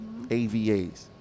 avas